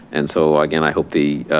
and so again, i hope the,